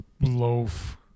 Loaf